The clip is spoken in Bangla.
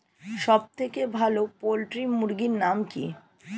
সবথেকে ভালো পোল্ট্রি মুরগির নাম কি?